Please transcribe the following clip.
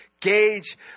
gauge